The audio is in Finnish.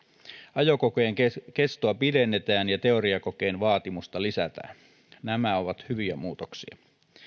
ajokokeen kestoa pidennetään ja teoriakokeen vaatimusta lisätään nämä ovat hyviä muutoksia